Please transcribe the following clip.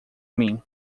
mim